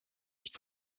nicht